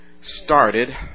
started